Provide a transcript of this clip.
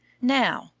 now,